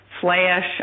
flash